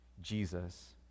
Jesus